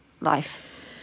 life